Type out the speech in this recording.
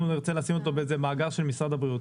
נרצה לשים אותו באיזה מאגר של משרד הבריאות.